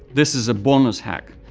this is a bonus hack.